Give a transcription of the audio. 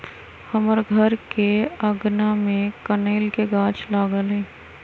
हमर घर के आगना में कनइल के गाछ लागल हइ